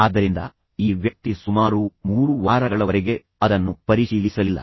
ಆದ್ದರಿಂದ ಈ ವ್ಯಕ್ತಿ ಸುಮಾರು 3 ವಾರಗಳವರೆಗೆ ಅದನ್ನು ಪರಿಶೀಲಿಸಲಿಲ್ಲ